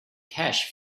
cash